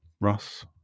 Russ